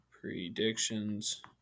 predictions